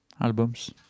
albums